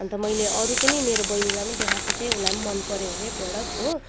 अन्त मैले अरू पनि मेरो बहिनीलाई पनि देखाएको थिएँ उसलाई मन पर्यो हरे प्रडक्ट हो